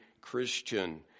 Christian